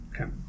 Okay